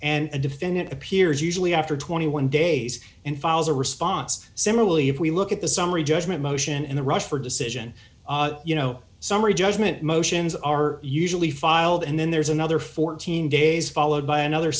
a defendant appears usually after twenty one dollars days and files a response similarly if we look at the summary judgment motion in the rush for decision you know summary judgment motions are usually filed and then there's another fourteen days followed by another